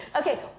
Okay